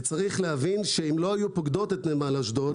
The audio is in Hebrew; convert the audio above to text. צריך להבין שלא היו פוקדות את נמל אשדוד